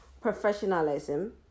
professionalism